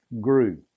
grew